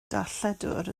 darlledwr